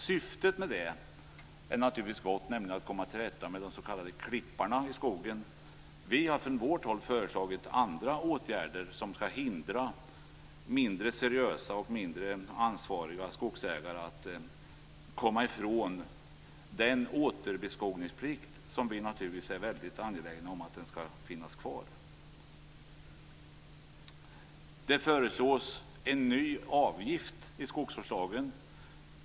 Syftet är naturligtvis gott, nämligen att komma till rätta med de s.k. klipparna i skogen. Vi föreslår andra åtgärder för att hindra mindre seriösa och mindre ansvarsfulla skogsägare att komma ifrån den återbeskogningsplikt som vi givetvis är angelägna om skall finnas kvar. En ny avgift föreslås när det gäller skogsvårdslagen.